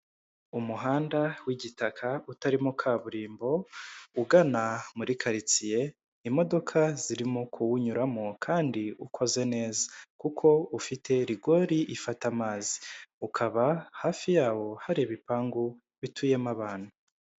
Umuhanda w'igitaka utarimo kaburimbo, ugana muri karitsiye, imodoka zirimo kuwunyuramo kandi ukoze neza, kuko ufite rigori ifata amazi, ukaba hafi yawo hari ibipangu bituyemo abantu.